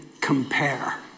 compare